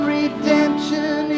redemption